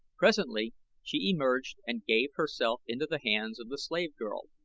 presently she emerged and gave herself into the hands of the slave girl,